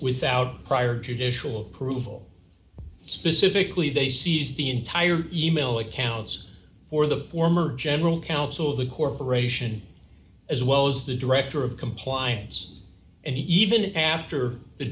without prior judicial approval specifically they seized the entire e mail accounts for the former general counsel of the corporation as well as the director of compliance and even after the